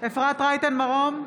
אפרת רייטן מרום,